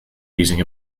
using